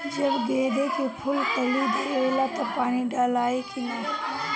जब गेंदे के फुल कली देवेला तब पानी डालाई कि न?